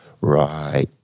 right